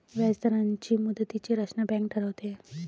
व्याजदरांची मुदतीची रचना बँक ठरवते